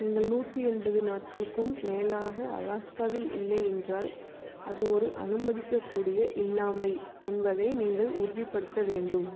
நீங்கள் நூற்றி எண்பது நாட்களுக்கும் மேலாக அலாஸ்காவில் இல்லை என்றால் அது ஒரு அனுமதிக்கக்கூடிய இல்லாமை என்பதை நீங்கள் உறுதிப்படுத்த வேண்டும்